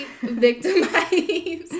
victimized